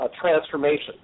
transformation